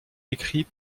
écrits